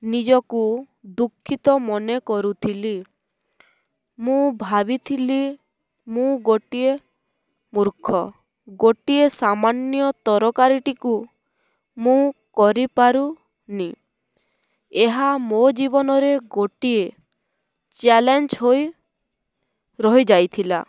ନିଜକୁ ଦୁଃଖିତ ମନେ କରୁଥିଲି ମୁଁ ଭାବିଥିଲି ମୁଁ ଗୋଟିଏ ମୂର୍ଖ ଗୋଟିଏ ସାମାନ୍ୟ ତରକାରୀଟିକୁ ମୁଁ କରିପାରୁନି ଏହା ମୋ ଜୀବନରେ ଗୋଟିଏ ଚ୍ୟାଲେଞ୍ଜ ହୋଇ ରହିଯାଇଥିଲା